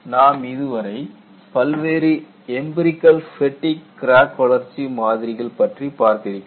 நாம் இதுவரை பல்வேறு எம்பிரிகல் ஃபேட்டிக் கிராக் வளர்ச்சி மாதிரிகள் பற்றி பார்த்திருக்கிறோம்